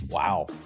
Wow